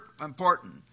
important